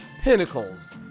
pinnacles